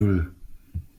nan